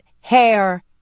hair